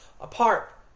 apart